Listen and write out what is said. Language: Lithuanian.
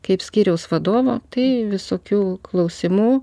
kaip skyriaus vadovo tai visokių klausimų